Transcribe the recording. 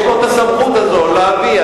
יש לו הסמכות הזאת להביא.